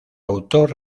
autor